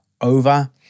over